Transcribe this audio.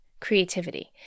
creativity